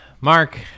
Mark